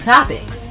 Topics